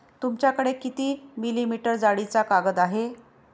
तुमच्याकडे किती मिलीमीटर जाडीचा कागद आहे?